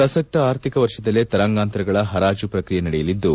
ಪ್ರಸಕ್ತ ಆರ್ಥಿಕ ವರ್ಷದಲ್ಲೇ ತರಾಂಗತರಗಳ ಪರಾಜು ಪ್ರಕ್ರಿಯೆ ನಡೆಯಲಿದ್ದು